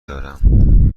دارم